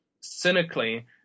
cynically